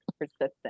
persistent